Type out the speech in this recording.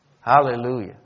Hallelujah